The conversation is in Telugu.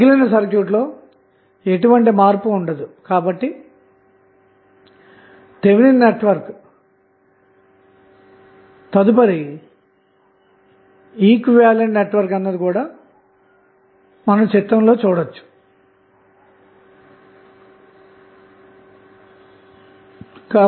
మిగిలిన సర్క్యూట్ లో ఎటువంటి మార్పు ఉండదు కాబట్టి థెవినిన్ నెట్వర్క్ తదుపరి ఈక్వివలెంట్ నెట్వర్క్ అన్నది స్లయిడ్లో చూపిన విధంగానే ఉంటుంది అన్న మాట